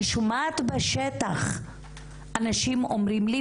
אני שומעת אנשים אומרים לי,